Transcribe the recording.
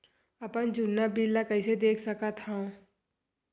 अपन जुन्ना बिल ला कइसे देख सकत हाव?